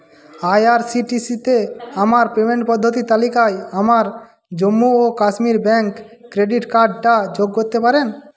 I R C T C তে আমার payment পদ্ধতির তালিকায় আমার জম্মু ও কাশ্মীর ব্যাঙ্ক ক্রেডিট কার্ডটা যোগ করতে পারেন